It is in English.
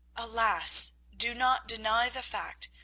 alas, do not deny the fact,